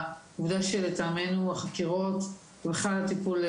ולטעמנו החקירות שם ובכלל הטיפול,